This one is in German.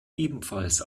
ebenfalls